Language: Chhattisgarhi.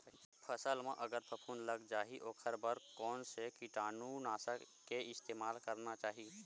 फसल म अगर फफूंद लग जा ही ओखर बर कोन से कीटानु नाशक के इस्तेमाल करना चाहि?